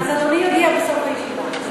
אז אדוני יודיע בסוף הישיבה.